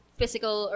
physical